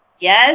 Yes